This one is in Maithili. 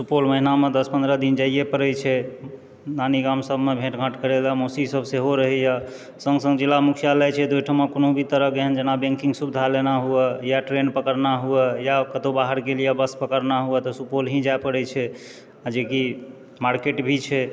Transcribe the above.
सुपौल महिनामे दशपन्द्रह दिन जाइए पड़ै छै नानी गाम सबमे भेंट घाट करए लए मौसी सब सेहो रहैया सङ्ग सङ्ग जिला मुख्यालय छै तऽ ओहिठमा कोनो भी तरहकेँ एहन जेना बैंकिंग सुविधा लेना हुअऽ या ट्रेन पकड़ना हुअऽ या कतहुँ बाहरके लिअऽ बस पकड़ना हुअऽ तऽ सुपौल ही जाए पड़ै छै आ जेकि मार्केट भी छै